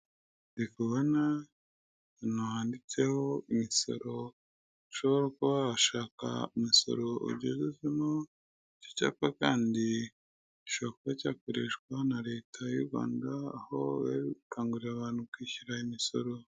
Ndi kubona ahantu handitseho imisoro ushobora kuba wahashaka umusoro ugejejemo icyo cyapa kandi gishobora kuba cyakoreshwa na leta yu Rwanda aho bari gukangurira abantu kwishyura imisoro.